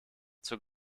zur